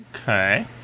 Okay